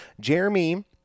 Jeremy